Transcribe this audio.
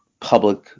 public